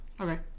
okay